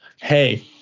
Hey